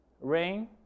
rain